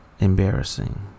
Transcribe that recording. embarrassing